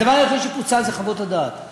הדבר היחיד שפוצל זה חוות הדעת.